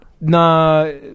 No